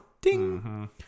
Ding